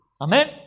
Amen